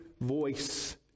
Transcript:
voice